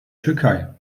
türkei